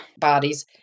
bodies